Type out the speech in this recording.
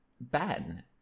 Ben